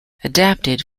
adapted